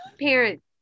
parents